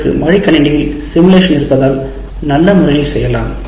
உங்களுக்கு மடிக்கணினிகளில் சிமுலேஷன் இருப்பதால் நல்ல முறையில் செய்யலாம்